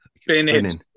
spinning